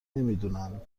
نمیدونند